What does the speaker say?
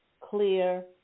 clear